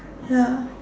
ya